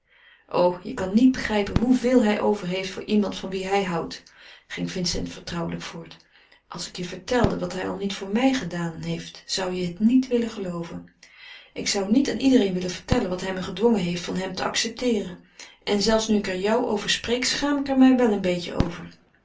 o je kan niet begrijpen hoeveel hij over heeft voor iemand van wien hij houdt ging vincent vertrouwelijk voort als ik je vertelde wat hij al niet voor mij heeft gedaan zou je het niet willen gelooven ik zou niet aan iedereen willen vertellen wat hij me gedwongen heeft van hem te accepteeren en zelfs nu ik er jou over spreek schaam ik mij er wel een beetje over